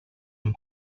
amb